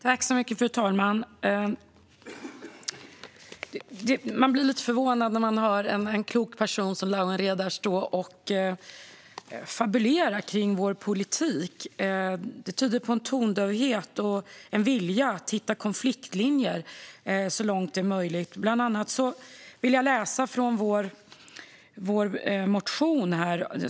Fru talman! Man blir lite förvånad när man hör en klok person som Lawen Redar stå och fabulera kring vår politik. Det tyder på en tondövhet och en vilja att hitta konfliktlinjer så långt det är möjligt. Jag vill läsa ur vår motion.